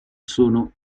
sono